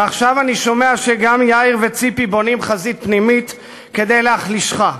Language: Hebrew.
ועכשיו אני שומע שגם יאיר וציפי בונים חזית פנימית כדי להחלישך.